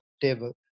table